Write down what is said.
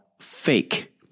fake